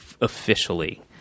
officially